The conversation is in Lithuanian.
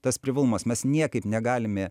tas privalumas mes niekaip negalime